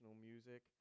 music